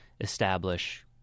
establish